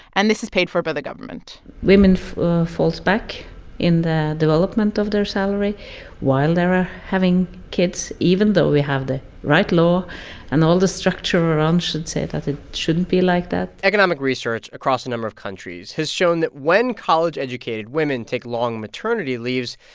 and this is paid for by the government women fall back in the development of their salary while they are having kids, even though we have the right law and all the structure around, should say, that it shouldn't be like that economic research across a number of countries has shown that when college-educated women take long maternity leaves,